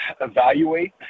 evaluate